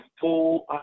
full